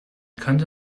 könnte